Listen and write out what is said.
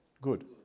good